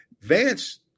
Vance –